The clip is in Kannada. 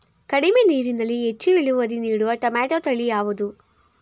ಕಡಿಮೆ ನೀರಿನಲ್ಲಿ ಹೆಚ್ಚು ಇಳುವರಿ ನೀಡುವ ಟೊಮ್ಯಾಟೋ ತಳಿ ಯಾವುದು?